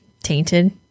tainted